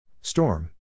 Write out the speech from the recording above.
Storm